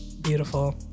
Beautiful